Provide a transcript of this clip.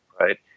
right